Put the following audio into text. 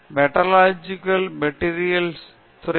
Sankaran metallurgical and material engineering துறையில் B